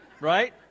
right